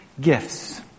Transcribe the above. gifts